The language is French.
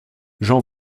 j’en